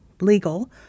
legal